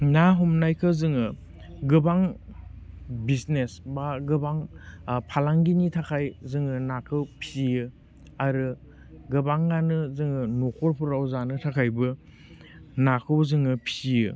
ना हमनायखौ जोङो गोबां बिजिनेस बा गोबां फालांगिनि थाखाय जोङो नाखौ फियो आरो गोबाङानो जोङो न'खरफ्राव जानो थाखायबो नाखौ जोङो फिसियो